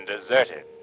deserted